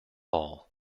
all